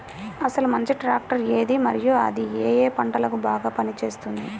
అసలు మంచి ట్రాక్టర్ ఏది మరియు అది ఏ ఏ పంటలకు బాగా పని చేస్తుంది?